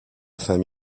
femme